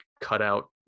cutout